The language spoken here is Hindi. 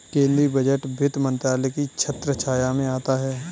केंद्रीय बजट वित्त मंत्रालय की छत्रछाया में आता है